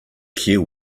care